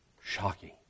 Shocking